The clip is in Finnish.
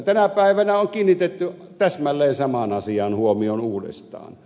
tänä päivänä on kiinnitetty täsmälleen samaan asiaan huomiota uudestaan